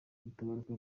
mutabaruka